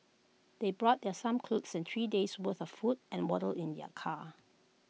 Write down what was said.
they brought their some clothes and three days' worth of food and water in their car